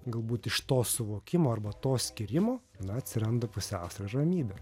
galbūt iš to suvokimo arba to skyrimo na atsiranda pusiausvyra ir ramybė